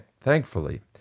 thankfully